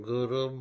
Guru